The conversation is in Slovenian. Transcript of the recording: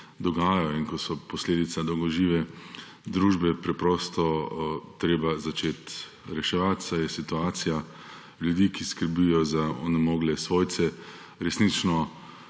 in ki so posledice dolgožive družbe, je preprosto treba začeti reševati, saj je situacija ljudi, ki skrbijo za onemogle svojce, resnično